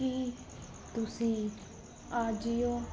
ਕੀ ਤੁਸੀਂ ਅਜੀਓ